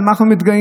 במה אנחנו מתגאים,